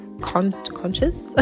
conscious